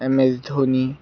M L Dhoni